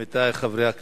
עמיתי חברי הכנסת,